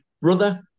brother